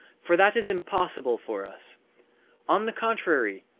for that is impossible for us on the contrary,